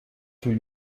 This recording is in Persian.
طول